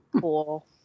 Cool